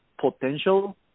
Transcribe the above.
potential